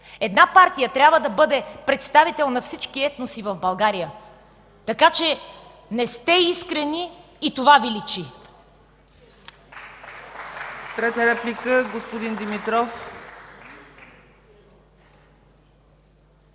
една партия трябва да бъде представител на всички етноси в България. Така че не сте искрени и това Ви личи!